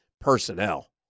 personnel